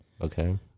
Okay